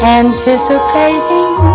anticipating